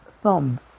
thumb